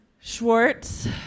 Schwartz